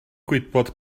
gwybod